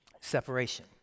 separation